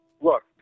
Look